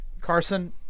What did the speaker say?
Carson